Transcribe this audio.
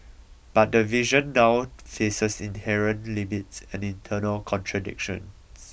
but the vision now faces inherent limits and internal contradictions